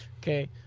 Okay